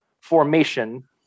formation